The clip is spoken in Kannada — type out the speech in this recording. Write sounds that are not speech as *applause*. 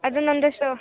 ಅದನ್ನೊಂದೆ *unintelligible*